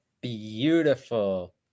beautiful